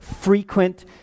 frequent